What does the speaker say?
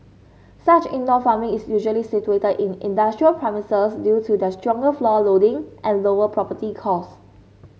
such indoor farming is usually situated in industrial premises due to their stronger floor loading and lower property costs